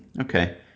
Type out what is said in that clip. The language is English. okay